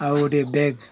ଆଉ ଗୋଟେ ବ୍ୟାଗ୍